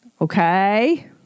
Okay